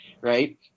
right